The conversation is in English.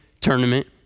tournament